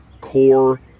core